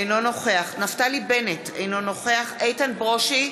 אינו נוכח נפתלי בנט, אינו נוכח איתן ברושי,